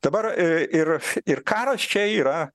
dabar ir ir karas čia yra